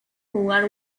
jugar